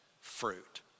fruit